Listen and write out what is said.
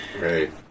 Right